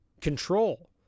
control